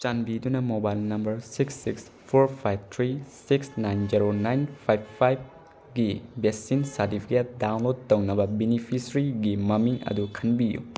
ꯆꯥꯟꯕꯤꯗꯨꯅ mobile number six six four five three six nine zero nine five ꯐꯥꯏꯕꯀꯤ vaccine certificate download ꯇꯧꯅꯕ ꯕꯦꯅꯤꯐꯤꯁꯔꯤꯒꯤ ꯃꯃꯤꯡ ꯑꯗꯨ ꯈꯟꯕꯤꯌꯨ